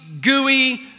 gooey